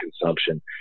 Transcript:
consumption